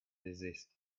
desist